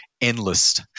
endless